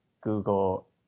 Google